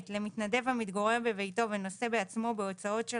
למתנדב המתגורר בביתו ונושא בעצמו בהוצאות של